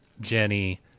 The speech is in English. Jenny